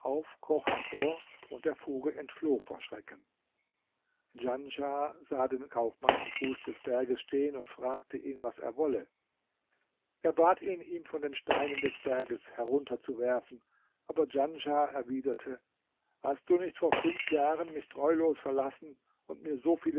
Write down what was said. hervor und der vogel entfloh vor schrecken djanschah sah den kaufmann am fuß des berges stehen und fragte ihn was er wolle er bat ihn ihm von den steinen des berges herunterzuwerfen aber djanschah erwiderte hast du nicht vor fünf jahren mich treulos verlassen und mir so viele